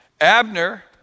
Abner